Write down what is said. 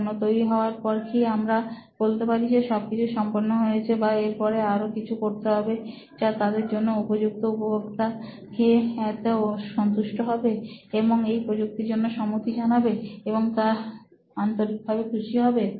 পণ্য তৈরি হওয়ার পর কি আমরা বলতে পারি যে সবকিছু সম্পন্ন হয়েছে বা এর পরে আরো কিছু করতে হবে যা তার জন্য উপযুক্ত উপভোক্তা কি এতে সন্তুষ্ট হবে এবং এই প্রযুক্তির জন্য সম্মতি জানাবে এবং তার আন্তরিকভাবে খুশি হবে